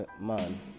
man